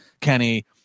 kenny